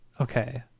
Okay